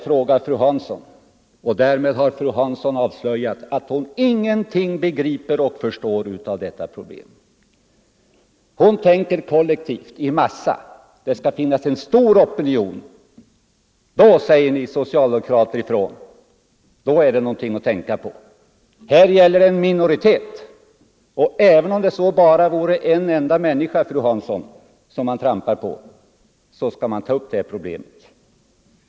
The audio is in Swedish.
frågar fru Hansson, och därmed har fru Hansson avslöjat att hon ingenting begriper av detta problem. Hon tänker kollektivt, i massa. Det skall finnas en stor opinion — då säger ni socialdemokrater ifrån, då är det någonting att tänka på Här gäller det en minoritet, och även om det så bara vore en enda människa, fru Hansson, som man trampar på skall man ta upp det här problemet.